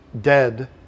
dead